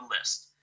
list